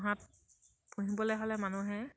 পোহাত পুহিবলে হ'লে মানুহে